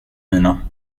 mina